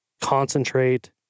concentrate